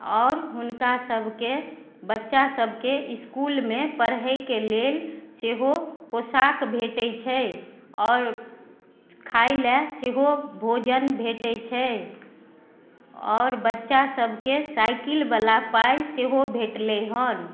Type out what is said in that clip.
आओर हुनका सबके बच्चा सबके इसकुलमे पढ़यके लेल सेहो पोशाक भेटय छै आओर खाइ लए सेहो भोजन भेटय छै आओर बच्चा सबके साइकिलवला पाइ सेहो भेटलय हन